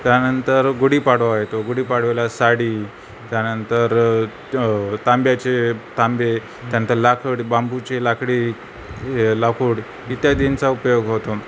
त्यानंतर गुढीपाडवा येतो गुढीपाडव्याला साडी त्यानंतर तांब्याचे तांबे त्यानंतर लाकड बांबूची लाकडी लाकूड इत्यादींचा उपयोग होतो